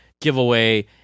giveaway